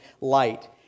Light